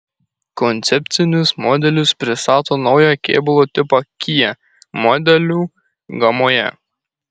koncepcinis modelis pristato naują kėbulo tipą kia modelių gamoje